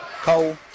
Cole